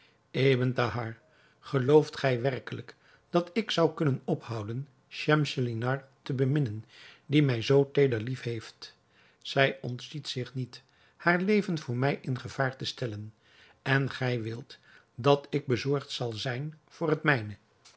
ebn thahar gelooft gij werkelijk dat ik zou kunnen ophouden schemselnihar te beminnen die mij zoo teeder liefheeft zij ontziet zich niet haar leven voor mij in gevaar te stellen en gij wilt dat ik bezorgd zal zijn voor het mijne